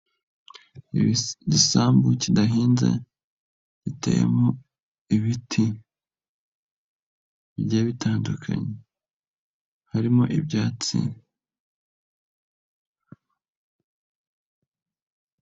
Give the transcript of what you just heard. Igisambu kidahinze, giteyemo ibiti, bigiye bitandukanye, harimo ibyatsi.